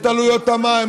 את עלויות המים,